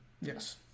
yes